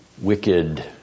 wicked